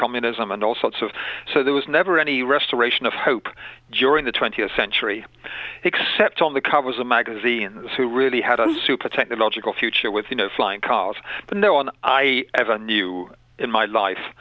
communism and all sorts of so there was never any restoration of hope join the twentieth century except on the covers of magazines who really had a super technological future with you know flying cars but no one i ever knew in my life